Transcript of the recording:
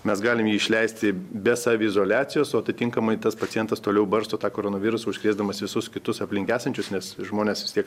mes galim jį išleisti be saviizoliacijos o atitinkamai tas pacientas toliau barsto tą koronavirusą užkrėsdamas visus kitus aplink esančius nes žmonės vis tiek